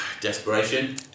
Desperation